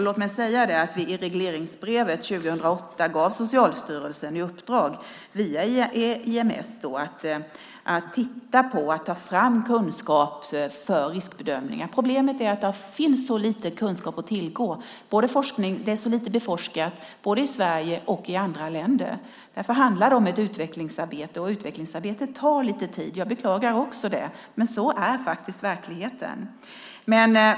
Låt mig säga att vi i regleringsbrevet för 2008 gav Socialstyrelsen i uppdrag, via IMS, att ta fram kunskap för riskbedömningar. Problemet är att det finns så lite kunskap att tillgå. Ämnet är så lite beforskat både i Sverige och i andra länder. Därför handlar det om ett utvecklingsarbete, och utvecklingsarbete tar lite tid. Jag beklagar det, men så är faktiskt verkligheten.